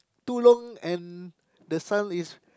too long and the sun is